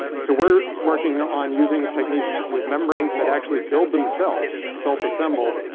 so we're working on using techniques with membranes that actually build themselves, self-assemble,